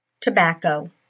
Tobacco